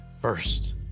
First